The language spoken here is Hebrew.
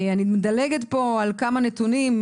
אני עוד מדלגת פה על כמה נתונים,